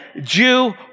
Jew